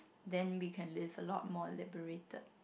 then we can live a lot more liberated